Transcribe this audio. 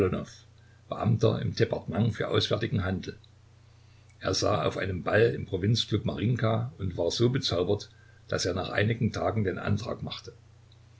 im departement für auswärtigen handel er sah auf einem ball im provinzklub marinjka und war so bezaubert daß er nach einigen tagen den antrag machte